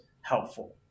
helpful